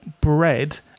bread